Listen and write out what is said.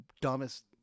dumbest